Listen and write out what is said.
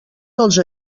dels